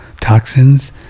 toxins